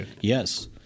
Yes